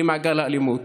למעגל האלימות.